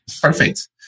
Perfect